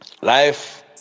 life